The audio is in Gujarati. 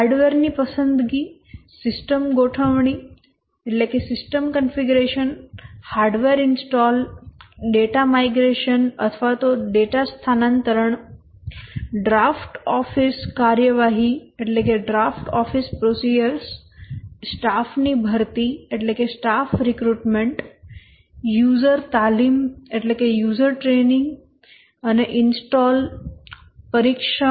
હાર્ડવેરની પસંદગી સિસ્ટમ ગોઠવણી હાર્ડવેર ઇન્સ્ટોલ ડેટા સ્થાનાંતરણ ડ્રાફ્ટ ઑફિસ કાર્યવાહી સ્ટાફની ભરતી યુઝર તાલીમ અને ઇન્સ્ટોલ અને પરીક્ષણ